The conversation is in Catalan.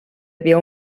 havia